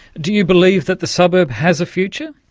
do you believe that the suburb has a future?